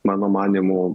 mano manymu